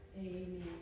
Amen